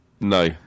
No